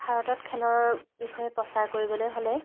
ভাৰতত খেলৰ বিষয়ে প্ৰচাৰ কৰিবলৈ হ'লে